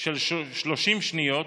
של 30 שניות